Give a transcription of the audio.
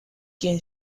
quien